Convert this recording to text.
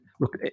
look